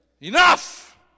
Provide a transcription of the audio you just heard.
Enough